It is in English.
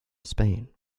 spain